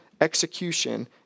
execution